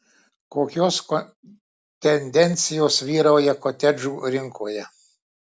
kokios tendencijos vyrauja kotedžų rinkoje